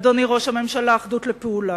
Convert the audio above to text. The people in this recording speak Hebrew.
אדוני ראש הממשלה, אחדות לפעולה.